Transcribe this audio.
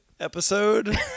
episode